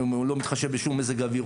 הוא לא מתחשל בשום מזג אוויר,